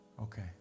Okay